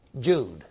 Jude